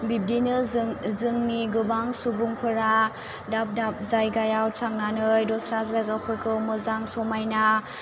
बिबदिनो जों जोंनि गोबां सुबुंफोरा दाब दाब जायगायाव थांनानै दस्रा जायगाफोरखौ मोजां समायना